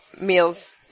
meals